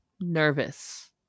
Nervous